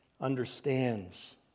understands